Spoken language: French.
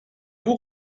vous